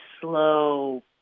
slow